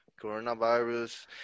coronavirus